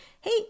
Hey